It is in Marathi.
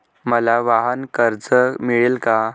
मला वाहनकर्ज मिळेल का?